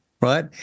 right